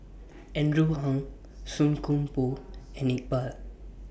Andrew Ang Song Koon Poh and Iqbal